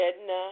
Edna